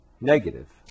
negative